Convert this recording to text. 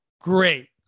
great